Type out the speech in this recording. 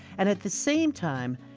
and at the same time,